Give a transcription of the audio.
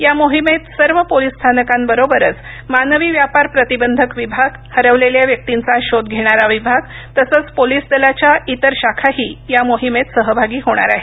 या मोहिमेत सर्व पोलीस स्थानकांबरोबरच मानवी व्यापार प्रतिबंधक विभाग हरवलेल्या व्यक्तींचा शोध घेणारा विभाग तसंच पोलीस दलाच्या इतर शाखाही या मोहिमेत सहभागी आहेत